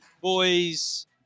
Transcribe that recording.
Boys